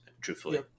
Truthfully